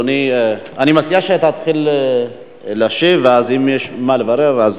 אדוני, אני מציע שתתחיל להשיב ואם יש מה לברר אז,